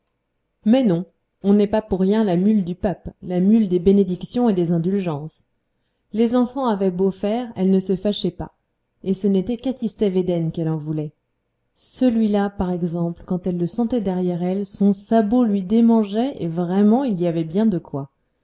mais non on n'est pas pour rien la mule du pape la mule des bénédictions et des indulgences les enfants avaient beau faire elle ne se fâchait pas et ce n'était qu'à tistet védène qu'elle en voulait celui-là par exemple quand elle le sentait derrière elle son sabot lui démangeait et vraiment il y avait bien de quoi